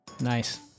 Nice